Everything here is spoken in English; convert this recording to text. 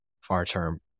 far-term